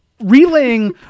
Relaying